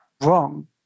wrong